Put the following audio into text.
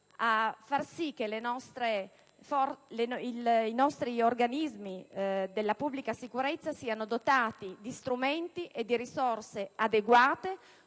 affinché i nostri organismi di pubblica sicurezza siano dotati di strumenti e risorse adeguate,